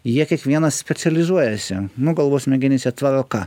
jie kiekvienas specializuojasi nu galvos smegenyse tvarka